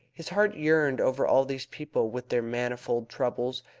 his heart yearned over all these people with their manifold troubles,